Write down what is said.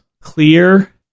Clear